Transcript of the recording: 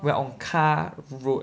we are on car road